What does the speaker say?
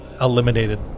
eliminated